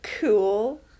cool